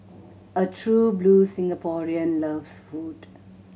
a true blue Singaporean loves food